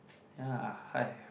ya hey